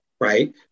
Right